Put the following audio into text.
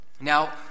Now